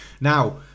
Now